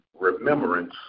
remembrance